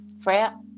Freya